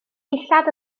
dillad